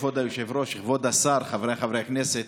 כבוד היושב-ראש, כבוד השר, חבריי חברי הכנסת,